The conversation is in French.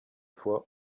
fois